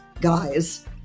guys